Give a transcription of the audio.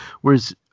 Whereas